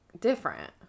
different